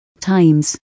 Times